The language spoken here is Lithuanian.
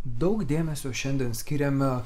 daug dėmesio šiandien skiriame